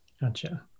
Gotcha